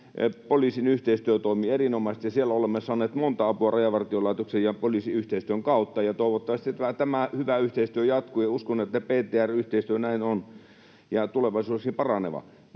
poliisin yhteistyö toimii erinomaisesti, ja siellä olemme saaneet monta apua Rajavartiolaitoksen ja poliisin yhteistyön kautta, ja toivottavasti tämä hyvä yhteistyö jatkuu, ja uskon, että PTR-yhteistyö näin tekee ja on tulevaisuudessakin paraneva.